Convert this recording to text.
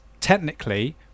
technically